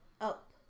up